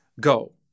go